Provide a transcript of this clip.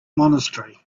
monastery